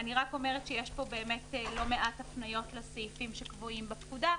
יש פה לא מעט הפניות לסעיפים שקבועים בפקודה,